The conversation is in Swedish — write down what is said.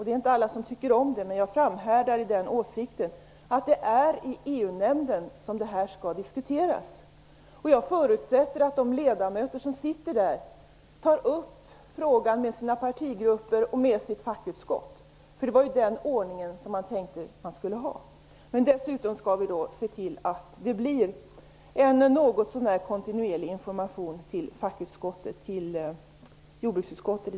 Det är inte alla som tycker om det, men jag framhärdar i den åsikten. Det är i EU-nämnden detta skall diskuteras. Jag förutsätter att de ledamöter som sitter där tar upp frågan med sina partigrupper och sitt fackutskott. Det var den ordningen man tänkte att man skulle ha. Dessutom skall vi se till att det blir en något så när kontinuerlig information till fackutskotten, i detta fall jordbruksutskottet.